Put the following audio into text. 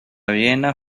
viena